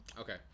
okay